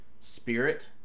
spirit